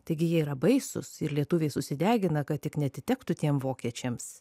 taigi jie yra baisūs ir lietuviai susidegina kad tik neatitektų tiem vokiečiams